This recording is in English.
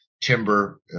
timber